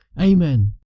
Amen